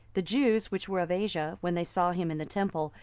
the jews which were of asia, when they saw him in the temple,